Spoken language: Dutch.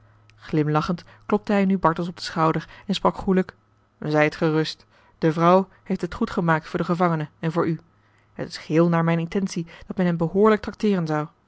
klopte hij nu bartels op den schouder en sprak goêlijk zijt gerust de vrouw heeft het goed gemaakt voor den gevangene en voor u het is geheel naar mijne intentie dat men hem behoorlijk tracteeren